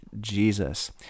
Jesus